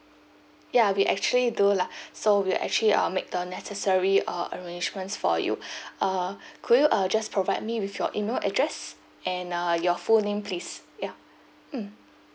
ya we actually do lah so we actually uh make the necessary uh arrangements for you uh could you uh just provide me with your email address and uh your full name please ya mm